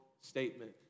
statement